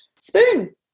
Spoon